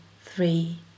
three